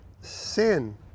sin